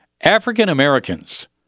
African-Americans